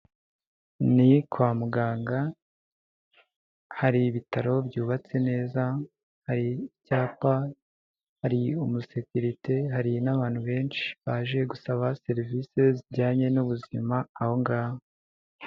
Ni kwa muganga hari ibitaro byubatse neza, hari icyapa, hari umusekirite, hari n'abantu benshi baje gusaba serivise zijyanye n'ubuzima aho ngaho.